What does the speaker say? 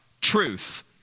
truth